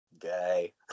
Gay